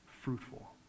fruitful